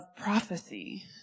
prophecy